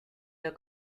the